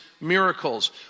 miracles